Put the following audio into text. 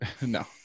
No